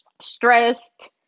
stressed